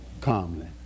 calmly